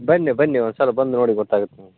ಬನ್ನಿ ಬನ್ನಿ ಒಂದು ಸಲ ಬಂದು ನೋಡಿ ಗೊತ್ತಾಗತ್ತೆ ನಿಮ್ಗ